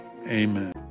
Amen